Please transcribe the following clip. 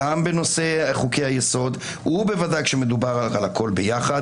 גם בנושא חוקי היסוד ובוודאי כאשר מדובר על הכול ביחד.